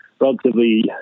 relatively